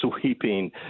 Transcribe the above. sweeping